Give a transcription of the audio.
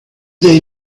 they